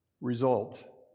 result